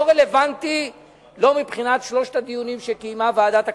זה לא רלוונטי מבחינת שלושת הדיונים שקיימה ועדת הכספים,